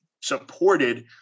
supported –